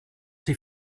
sie